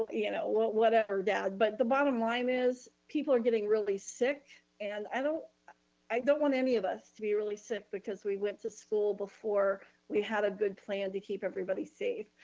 you know, whatever dad, but the bottom line is people are getting really sick. and i don't, i don't want any of us to be really sick because we went to school before we had a good plan to keep everybody safe.